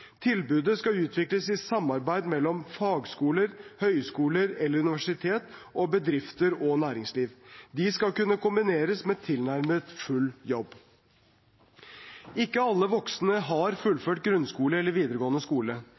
Tilbudene skal utvikles i samarbeid mellom fagskoler, høyskoler eller universiteter og bedrifter og næringsliv. De skal kunne kombineres med tilnærmet full jobb. Ikke alle voksne har fullført grunnskole eller videregående skole.